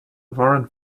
warrant